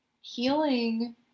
Healing